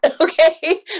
Okay